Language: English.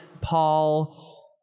Paul